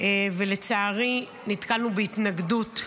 ולצערי נתקלנו בהתנגדות.